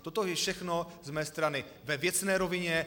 Toto je všechno z mé strany ve věcné rovině.